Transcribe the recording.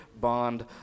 bond